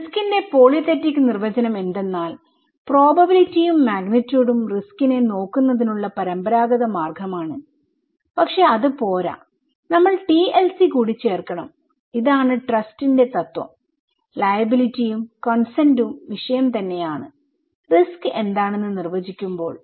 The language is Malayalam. റിസ്കിന്റെ പോളിതെറ്റിക്നിർവ്വചനം എന്തെന്നാൽ പ്രൊബബിലിറ്റിയും മാഗ്നിട്യൂഡും റിസ്കിനെ നോക്കുന്നതിനുള്ള പരമ്പരാഗത മാർഗമാണ് പക്ഷേ അത് പോരാനമ്മൾ TLC കൂടി ചേർക്കണം ഇതാണ് ട്രസ്റ്റിന്റെ തത്വംലയബിലിറ്റി യും കൺസെന്റും വിഷയം തന്നെയാണ് റിസ്ക് എന്താണെന്ന് നിർവചിക്കുമ്പോൾ